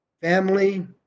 family